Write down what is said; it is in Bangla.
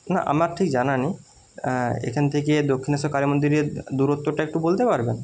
না আমার ঠিক জানা নেই এখান থেকে দক্ষিণেশ্বর কালী মন্দিরের দূরত্বটা একটু বলতে পারবেন